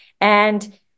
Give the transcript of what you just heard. And-